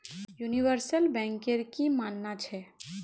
universal banker की मानना छ